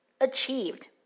achieved